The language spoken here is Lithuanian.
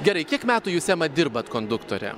gerai kiek metų jūs ema dirbat konduktore